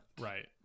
right